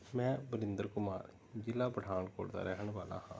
ਮੈਂ ਵਰਿੰਦਰ ਕੁਮਾਰ ਜ਼ਿਲ੍ਹਾ ਪਠਾਨਕੋਟ ਦਾ ਰਹਿਣ ਵਾਲਾ ਹਾਂ